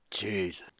Jesus